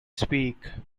speak